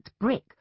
brick